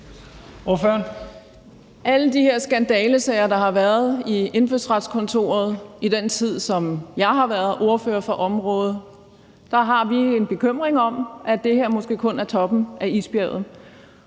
Alle de her skandalesager, der har været i Indfødsretskontoret i den tid, som jeg har været ordfører på området, gør, at vi har en bekymring om, at det her måske kun er toppen af isbjerget.